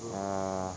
ya